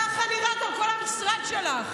ככה נראה גם כל המשרד שלך.